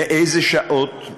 מאיזה שעות,